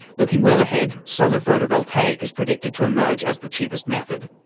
looking well ahead, solar photovoltaic is predicted to emerge as the cheapest method.